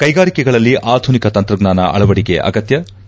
ಕೈಗಾರಿಕೆಗಳಲ್ಲಿ ಆಧುನಿಕ ತಂತ್ರಜ್ಞಾನ ಅಳವಡಿಕೆ ಅಗತ್ಯ ಕೆ